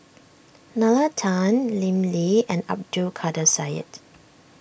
Nalla Tan Lim Lee and Abdul Kadir Syed